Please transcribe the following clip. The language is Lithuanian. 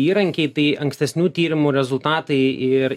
įrankiai tai ankstesnių tyrimų rezultatai ir